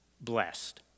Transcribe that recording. blessed